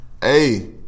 Hey